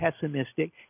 pessimistic